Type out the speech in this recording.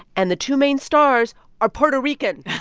and the two main stars are puerto rican